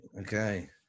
okay